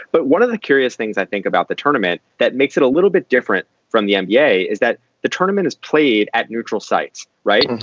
but one of the curious things i think about the tournament that makes it a little bit different from the um yeah nba is that the tournament is played at neutral sites. right.